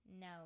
no